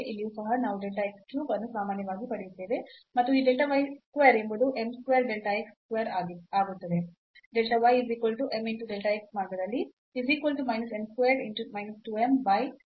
ಇಲ್ಲಿಯೂ ಸಹ ನಾವು delta x cube ಅನ್ನು ಸಾಮಾನ್ಯವಾಗಿ ಪಡೆಯುತ್ತೇವೆ ಮತ್ತು ಈ delta y square ಎಂಬುದು m square delta x square ಆಗುತ್ತದೆ